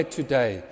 today